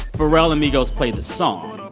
pharrell and migos played this song,